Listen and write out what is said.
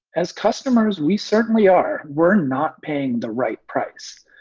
as customers? we certainly are. we're not paying the right price.